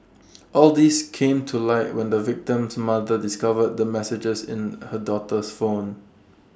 all these came to light when the victim's mother discovered the messages in her daughter's phone